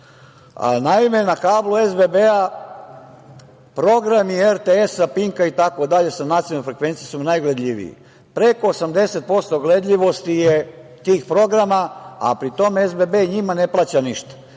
Naime, na kablu SBB-a programi RTS-a, Pinka itd. sa nacionalnom frekvencijom su najgledljiviji. Preko 80% gledljivosti je tih programa, a pri tome SBB njima ne plaća ništa.